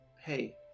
Hey